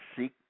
seek